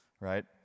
right